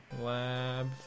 Lab